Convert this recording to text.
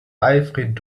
alfred